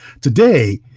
Today